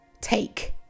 Take